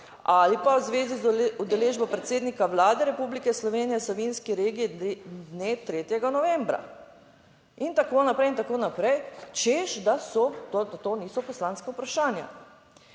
Ali pa v zvezi z udeležbo predsednika Vlade Republike Slovenije v Savinjski regiji dne 3. novembra in tako naprej in tako naprej, češ, da to niso poslanska vprašanja.